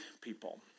people